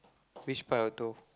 which part your toe